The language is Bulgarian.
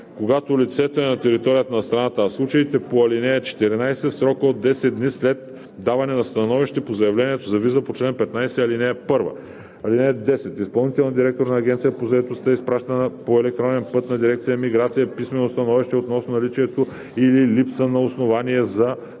когато лицето е на територията на страната, а в случаите по ал. 14 – в срок до 10 дни след даване на становище по заявлението за виза по чл. 15, ал. 1. (10) Изпълнителният директор на Агенцията по заетостта изпраща по електронен път на дирекция „Миграция“ писмено становище относно наличието или липса на основание за предоставяне